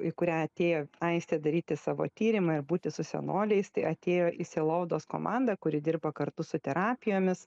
į kurią atėjo aistė daryti savo tyrimą ir būti su senoliais tai atėjo į sielovados komandą kuri dirba kartu su terapijomis